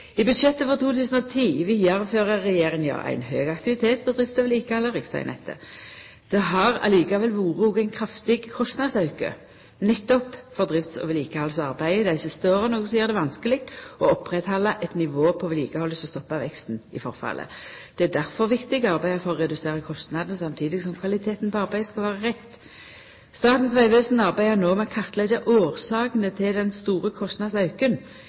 I budsjettet for 2010 vidarefører regjeringa ein høg aktivitet på drift og vedlikehald av riksvegnettet. Det har likevel vore ein kraftig kostnadsauke nettopp for drifts- og vedlikehaldsarbeid dei siste åra, noko som gjer det vanskeleg å halda oppe eit nivå på vedlikehaldet som stoppar veksten i forfallet. Det er difor viktig å arbeida for å redusera kostnadene, samtidig som kvaliteten på arbeidet skal vera rett. Statens vegvesen arbeider no med å kartleggja årsakene til den store kostnadsauken.